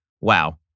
Wow